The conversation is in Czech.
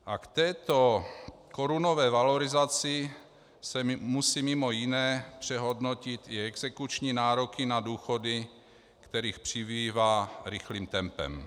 A k této korunové valorizaci se musí mimo jiné přehodnotit i exekuční nároky na důchody, kterých přibývá rychlým tempem.